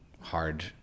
hard